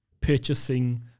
purchasing